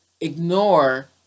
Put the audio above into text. ignore